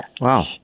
Wow